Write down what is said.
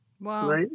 Wow